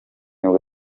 nibwo